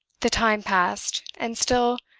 the time passed and still,